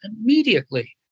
immediately